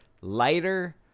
lighter